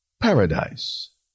paradise